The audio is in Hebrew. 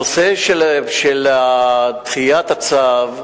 הנושא של דחיית הצו,